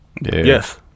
Yes